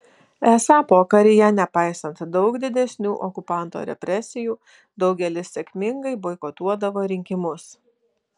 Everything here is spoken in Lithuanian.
esą pokaryje nepaisant daug didesnių okupanto represijų daugelis sėkmingai boikotuodavo rinkimus